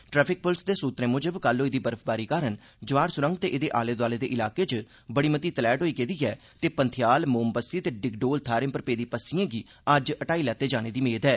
traffic police दे सृत्तरें म्जब कल होई दी बर्फबारी कारण जवाहर स्रंग ते एह्दे आले दोआले दे इलाके च बड़ी मती तलैह्ट होई गेदी ऐ ते पंथेयाल मोम पस्सी ते डिगडोल थाहें पर पेदी पस्सियें गी अज्ज हटाई लैते जाने दी मेद ऐ